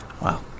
wow